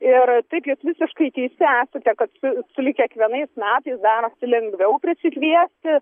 ir taip jūs visiškai teisi esate kad sulig kiekvienais metais darosi lengviau prisikviesti